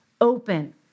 open